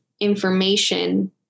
information